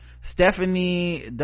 stephanie